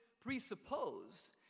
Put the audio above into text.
presuppose